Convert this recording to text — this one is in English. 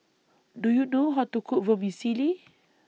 Do YOU know How to Cook Vermicelli